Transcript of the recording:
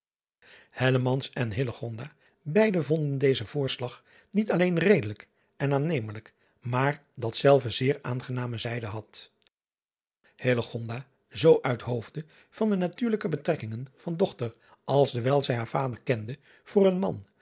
en beide vonden dezen voorslag niet alleen redelijk en aannemelijk maar dat dezelve vele aangename zijden had zoo uit hoosde van de natuurlijke betrekkingen van dochter als dewijl zij haar vader kende voor een man